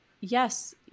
yes